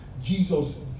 Jesus